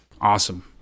Awesome